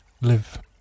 live